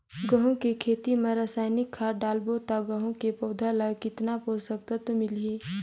गंहू के खेती मां रसायनिक खाद डालबो ता गंहू के पौधा ला कितन पोषक तत्व मिलही?